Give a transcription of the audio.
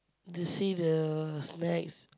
to see the snacks